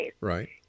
Right